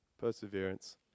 perseverance